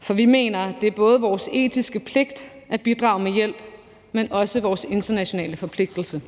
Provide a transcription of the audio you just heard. for vi mener, at det er både vores etiske pligt at bidrage med hjælp, men også vores internationale forpligtelse.